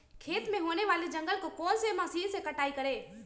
खेत में होने वाले जंगल को कौन से मशीन से कटाई करें?